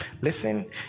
listen